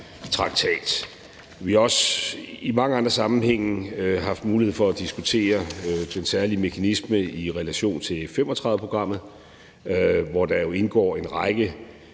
Vi har også i mange andre sammenhænge haft en mulighed for at diskutere den særlige mekanisme i relation til F 35-programmet, hvor der jo indgår en række